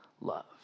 love